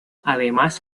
además